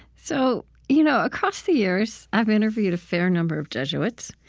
so, you know across the years, i've interviewed a fair number of jesuits.